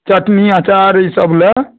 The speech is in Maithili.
चटनी अँचार ईसभ लए